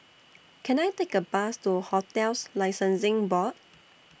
Can I Take A Bus to hotels Licensing Board